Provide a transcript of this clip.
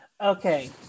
Okay